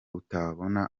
utabona